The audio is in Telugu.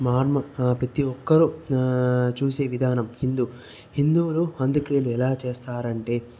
మా అమ్ ప్రతి ఒక్కరు చూసే విధానం హిందూ హిందువులు అంత్యక్రియలు ఎలా చేస్తారంటే